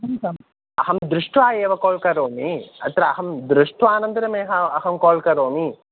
किं त्वम् अहं दृष्ट्वा एव काल् करोमि अत्र अहं दृष्ट्वानन्तरमेव अहं काल् करोमि